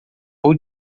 vou